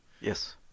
Yes